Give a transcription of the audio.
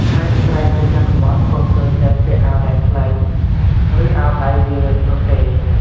ហើយស្រ្តីនៅជនបទពុំចូលចិត្តពាក់អាវដៃខ្លី ឬអាវដៃវៀលនោះទេ។